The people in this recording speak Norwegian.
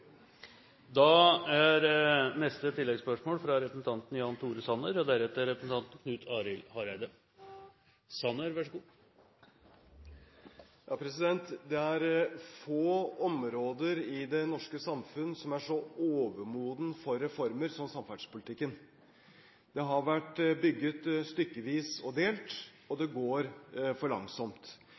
Jan Tore Sanner – til oppfølgingsspørsmål. Det er få områder i det norske samfunn som er så overmoden for reformer som samferdselspolitikken. Det har vært bygget stykkevis og delt, og det går for langsomt.